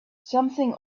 something